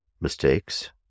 mistakes